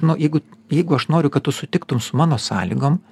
nu jeigu jeigu aš noriu kad tu sutiktum su mano sąlygom